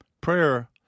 Prayer